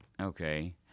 Okay